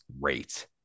great